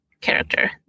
character